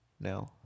Now